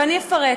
ואני אפרט.